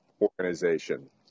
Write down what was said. organization